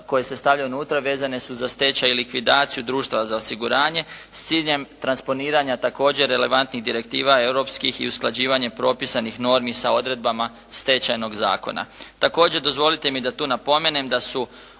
koje se stavljaju unutra vezane su za stečaj i likvidaciju društva za osiguranje s ciljem transponiranja također relevantnih direktiva europskih i usklađivanje propisanih normi sa odredbama Stečajnog zakona. Također dozvolite mi da tu napomenem da su